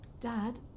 Dad